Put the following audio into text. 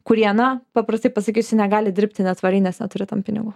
kurie na paprastai pasakysiu negali dirbti netvariai nes neturi tam pinigų